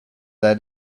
their